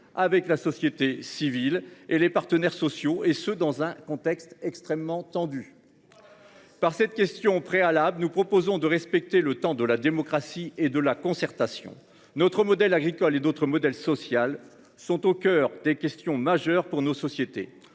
avec la société civile et les partenaires sociaux et ce dans un contexte extrêmement tendu. Par cette question préalable, nous proposons de respecter le temps de la démocratie et de la concertation. Notre modèle agricole et d'autre modèle social sont au coeur des questions majeures pour nos sociétés,